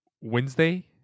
Wednesday